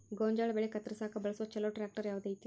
ಗೋಂಜಾಳ ಬೆಳೆ ಕತ್ರಸಾಕ್ ಬಳಸುವ ಛಲೋ ಟ್ರ್ಯಾಕ್ಟರ್ ಯಾವ್ದ್ ಐತಿ?